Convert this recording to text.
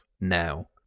now